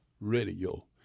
radio